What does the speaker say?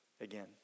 again